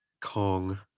kong